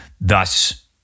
thus